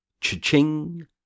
Cha-ching